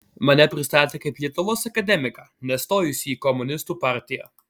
mane pristatė kaip lietuvos akademiką nestojusį į komunistų partiją